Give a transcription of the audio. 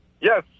Yes